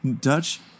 Dutch